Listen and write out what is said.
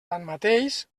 tanmateix